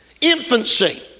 Infancy